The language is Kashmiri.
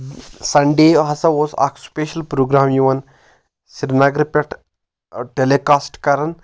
سنڈے ہسا اوس اکھ سپیشل پروگرام یِوان سری نگرٕ پؠٹھ ٹیلیکاسٹ کران